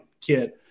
kid